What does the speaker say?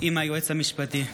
עם היועץ המשפטי: